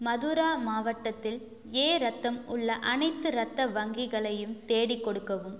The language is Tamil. மதுரா மாவட்டத்தில் ஏ இரத்தம் உள்ள அனைத்து இரத்த வங்கிகளையும் தேடிக் கொடுக்கவும்